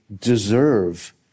deserve